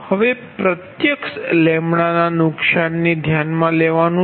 હવે પ્રત્યક્ષ ના નુકસાનને ધ્યાનમાં લેવાનું છે